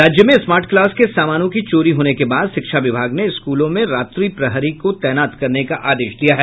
राज्य में smart class के सामानों की चोरी होने के बाद शिक्षा विभाग ने स्कूलों में रात्रि प्रहरी को तैनात करने का आदेश दिया है